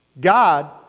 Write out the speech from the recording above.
God